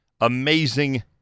amazing